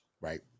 Right